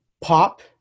pop